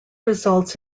results